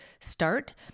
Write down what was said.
start